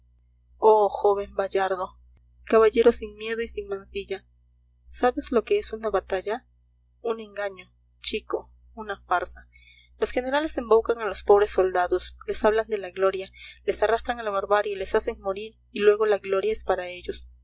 joven bayardo caballero sin miedo y sin mancilla sabes lo que es una batalla un engaño chico una farsa los generales embaucan a los pobres soldados les hablan de la gloria les arrastran a la barbarie les hacen morir y luego la gloria es para ellos